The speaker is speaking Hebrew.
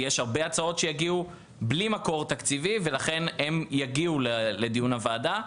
יש הרבה הצעות שתגענה בלי מקור תקציבי ולכן הן תגענה לדיון הוועדה.